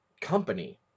company